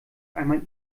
einmal